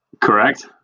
correct